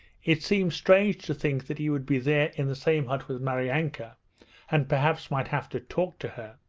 it seemed strange to think that he would be there in the same hut with maryanka and perhaps might have to talk to her.